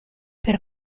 per